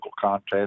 contest